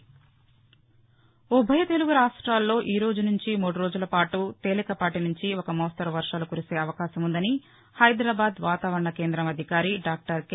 voice ఉభయ తెలుగు రాష్ట్రాల్లో ఈరోజు నుంచి మూడు రోజుల పాటు తేలికపాటి నుంచి ఓ మోస్తరు వర్షాలు కురిసే అవకాశం ఉందని హైదరాబాద్ వాతావరణ కేంధం అధికారి డాక్లర్ కె